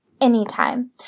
anytime